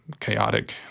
chaotic